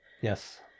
Yes